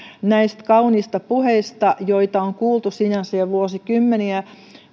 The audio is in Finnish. näistä kauniista puheista huolimatta joita on sinänsä kuultu jo vuosikymmeniä